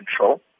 control